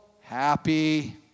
happy